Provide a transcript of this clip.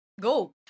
go